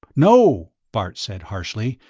no! bart said harshly.